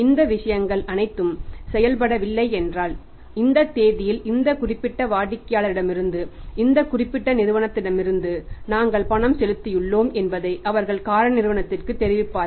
இந்த விஷயங்கள் அனைத்தும் செயல்படவில்லை என்றால் இந்த தேதியில் இந்த குறிப்பிட்ட வாடிக்கையாளரிடமிருந்து இந்த குறிப்பிட்ட நிறுவனத்திடமிருந்து நாங்கள் பணம் செலுத்தியுள்ளோம் என்பதை அவர்கள் காரணி நிறுவனத்திற்கு தெரிவிப்பார்கள்